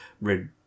red